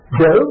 go